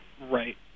Right